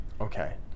Okay